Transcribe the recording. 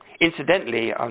incidentally